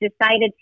decided